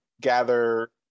gather